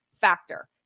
factor